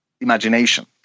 imagination